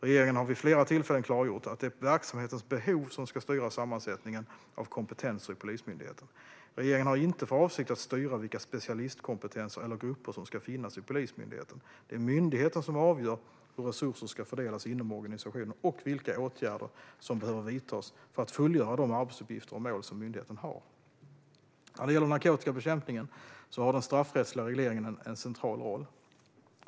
Regeringen har vid flera tillfällen klargjort att det är verksamhetens behov som ska styra sammansättningen av kompetenser i Polismyndigheten. Regeringen har inte för avsikt att styra vilka specialistkompetenser eller grupper som ska finnas i Polismyndigheten. Det är myndigheten som avgör hur resurser ska fördelas inom organisationen och vilka åtgärder som behöver vidtas för att fullgöra de arbetsuppgifter och mål som myndigheten har. När det gäller narkotikabekämpningen har den straffrättsliga regleringen en central roll.